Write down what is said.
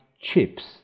chips